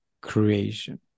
creation